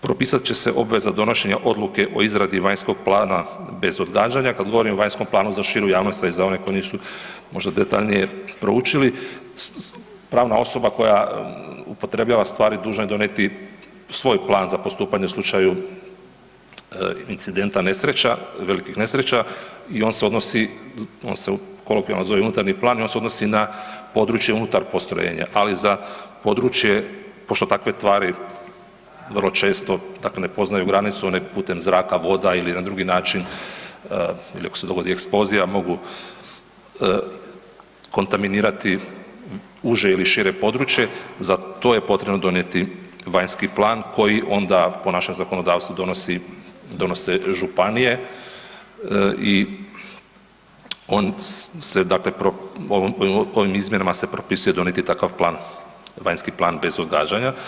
Propisat će se obveza donošenja odluke o izradi vanjskog plana bez odgađanja, kad govorim o vanjskom planu, za širu javnost i za one koji su možda detaljnije proučili, pravna osoba koja upotrebljava stvari, dužna je donijeti u svoj plan za postupanje u slučaju incidenta nesreća, veliki nesreća i on se odnosi, on se kolokvijalno zove unutarnji plan i on se odnosi na područje unutar postrojenja ali za područje, pošto takve tvari vrlo često dakle ne poznaju granicu, one putem zraka, voda ili na drugi način ili ako se dogodi eksplozija, mogu kontaminirati uže ili šire područje, za to je potrebno donijeti vanjski plan koji onda po našem zakonodavstvu donose županije i on se dakle dakle ovim izmjenama se propisuje donijeti takav plan, vanjski plan bez odgađanja.